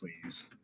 please